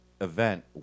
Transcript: Event